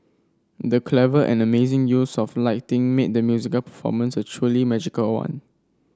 the clever and amazing use of lighting made the musical performance a truly magical one